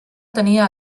tenia